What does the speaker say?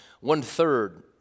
one-third